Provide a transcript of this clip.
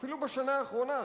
אפילו בשנה האחרונה,